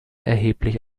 erheblich